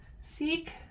seek